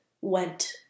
went